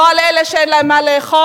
לא על אלה שאין להם מה לאכול.